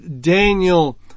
Daniel